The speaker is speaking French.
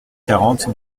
quarante